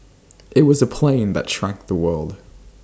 IT was the plane that shrank the world